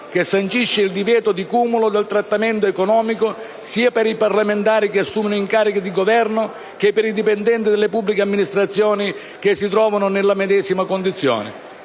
che sancisce il divieto di cumulo del trattamento economico sia per i parlamentari che assumono incarichi di Governo che per i dipendenti delle pubbliche amministrazioni che si trovino nella medesima condizione.